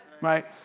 Right